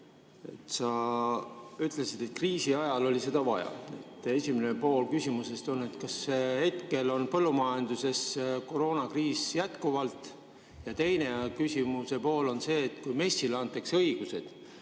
Sa ütlesid, et kriisiajal oli seda vaja. Esimene pool küsimusest on, et kas hetkel on põllumajanduses jätkuvalt koroonakriis. Ja teine küsimuse pool on see, et kui MES-ile antakse õigused,